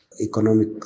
economic